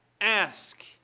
ask